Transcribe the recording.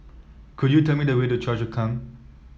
could you tell me the way to Choa Chu Kang